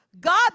God